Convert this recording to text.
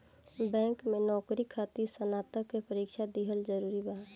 Bank में नौकरी खातिर स्नातक के परीक्षा दिहल जरूरी बा?